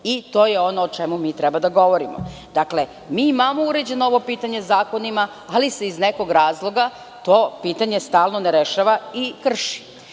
To je ono o čemu mi treba da govorimo. Dakle, mi imamo uređeno ovo pitanje zakonima, ali se iz nekog razloga to pitanje stalno ne rešava i krši.